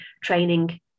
training